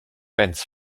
bands